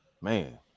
Man